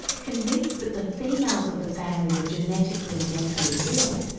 convinced that the females of the family were genetically mentally ill,